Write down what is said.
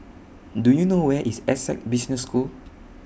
Do YOU know Where IS Essec Business School